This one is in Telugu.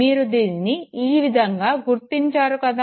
మీరు దీనిని ఈ విధంగా గుర్తించారు కదా